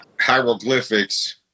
hieroglyphics